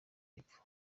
y’epfo